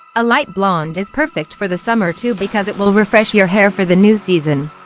a light blonde is perfect for the summer too because it will refresh your hair for the new season.